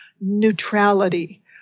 neutrality